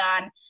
on